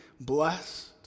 blessed